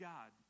God